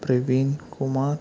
Praveen Kumar